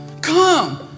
Come